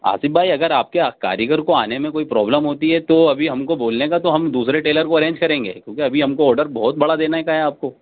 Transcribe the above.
آصف بھائی اگر آپ کے کاریگر کو آنے میں کوئی پروبلم ہوتی ہے تو ابھی ہم کو بولنے کا تو ہم دوسرے ٹیلر کو ارینج کریں گے کیونکہ ابھی ہم کو آرڈر بہت بڑا دینے کا ہے آپ کو